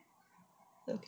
okay